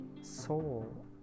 soul